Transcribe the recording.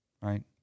Right